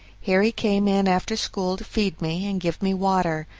harry came in after school to feed me and give me water.